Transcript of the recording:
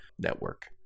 network